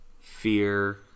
fear